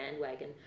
bandwagon